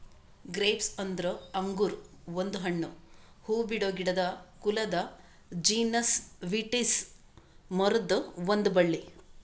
grapes ಅಂದುರ್ ಅಂಗುರ್ ಒಂದು ಹಣ್ಣು, ಹೂಬಿಡೋ ಗಿಡದ ಕುಲದ ಜೀನಸ್ ವಿಟಿಸ್ ಮರುದ್ ಒಂದ್ ಬಳ್ಳಿ